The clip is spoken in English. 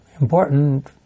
important